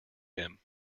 him